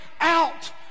out